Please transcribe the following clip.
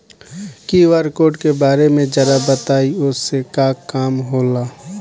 QR code के बारे में जरा बताई वो से का काम होला?